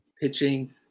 pitching